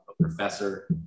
professor